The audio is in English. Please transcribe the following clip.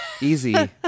easy